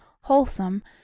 wholesome